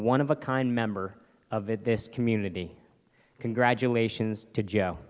one of a kind member of it this community congratulations to joe